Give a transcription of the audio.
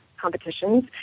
competitions